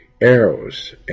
arrows